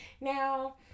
now